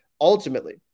ultimately